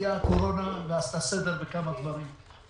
הגיעה הקורונה ועשתה סדר בכמה דברים.